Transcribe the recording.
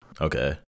Okay